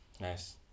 Nice